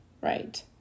Right